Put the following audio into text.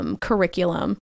curriculum